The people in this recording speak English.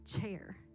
chair